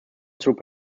through